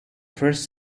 first